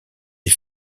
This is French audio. des